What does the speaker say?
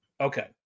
Okay